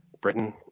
Britain